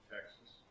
Texas